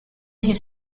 his